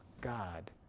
God